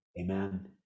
amen